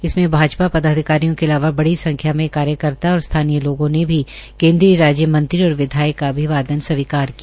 इसमें भाजपा पदाधिकारियों के अलावा बड़ी संख्या में कार्यकर्ता और स्थानीय लोगों ने भी केन्द्रीय राज्य मंत्री और विधायक का अभिवादन स्वीकार किया